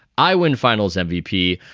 i win finals mvp.